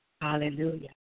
Hallelujah